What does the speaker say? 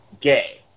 gay